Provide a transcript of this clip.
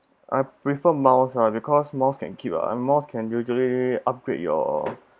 I prefer miles lah because miles can keep uh miles can usually upgrade your